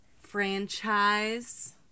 franchise